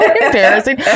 Embarrassing